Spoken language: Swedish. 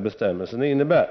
bestämmelsen innebär.